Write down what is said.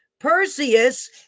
Perseus